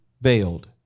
veiled